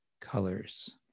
colors